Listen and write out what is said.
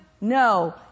No